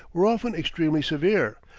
were often extremely severe,